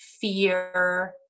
fear